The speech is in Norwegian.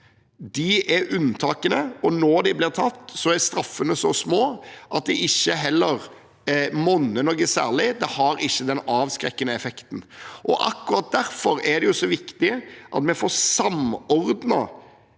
er unntakene, og når de blir tatt, er straffene så lave at det heller ikke monner noe særlig – det har ikke den avskrekkende effekten. Akkurat derfor er det så viktig at vi får samordnet